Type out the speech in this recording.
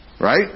Right